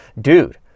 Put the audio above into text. Dude